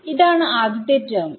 ഇതാണ് ആദ്യത്തെ ടെർമ്